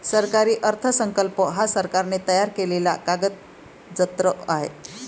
सरकारी अर्थसंकल्प हा सरकारने तयार केलेला कागदजत्र आहे